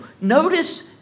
Notice